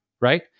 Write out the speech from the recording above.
right